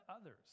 others